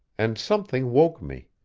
and something woke me.